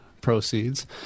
proceeds